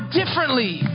differently